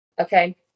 Okay